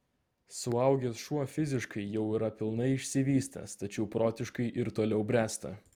suaugęs šuo fiziškai jau yra pilnai išsivystęs tačiau protiškai ir toliau bręsta